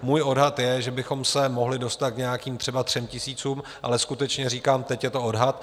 Můj odhad je, že bychom se mohli dostat k nějakým třeba 3 tisícům, ale skutečně říkám, teď je to odhad.